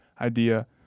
idea